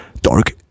dark